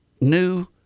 new